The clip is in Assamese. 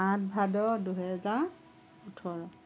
আঠ ভাদ দুহেজাৰ ওঠৰ